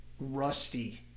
rusty